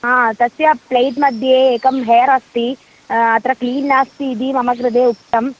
हा तस्य प्लैट् मध्ये एकं हेर् अस्ति अत्र क्लीन् नास्ति इति मम कृते उक्तं